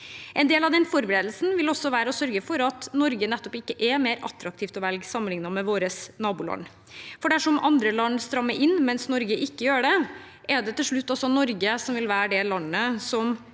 En del av den forberedelsen vil være å sørge for at Norge nettopp ikke er mer attraktivt å velge sammenliknet med våre naboland. Dersom andre land strammer inn, mens Norge ikke gjør det, er det til slutt Norge som vil være det landet som